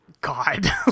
God